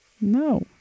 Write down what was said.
no